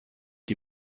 die